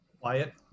Quiet